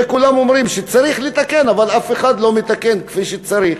וכולם אומרים שצריך לתקן אבל אף אחד לא מתקן כפי שצריך.